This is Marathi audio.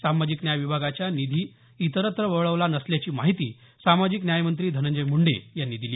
सामाजिक न्याय विभागाचा निधी इतरत्र वळवला नसल्याची माहिती सामाजिक न्यायमंत्री धनंजय मुंडे यांनी दिली